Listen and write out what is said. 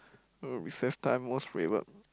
uh recess time most favourite